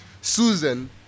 Susan